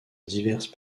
diverses